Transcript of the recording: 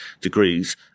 degrees